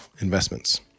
investments